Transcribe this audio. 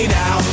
now